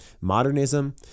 modernism